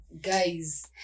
guys